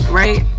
right